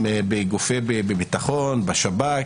הן בגופי ביטחון, בשב"כ,